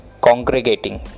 congregating